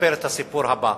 לספר את הסיפור הבא: